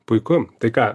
puiku tai ką